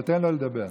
אבל תן לו לדבר.